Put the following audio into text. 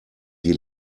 die